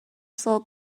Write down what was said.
sold